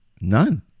None